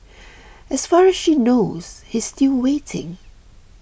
as far as she knows he's still waiting